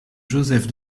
joseph